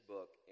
book